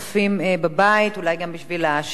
אולי גם בשביל ההעשרה של הידע שלי,